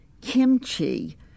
kimchi